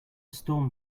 storm